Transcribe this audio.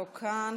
לא כאן,